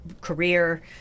career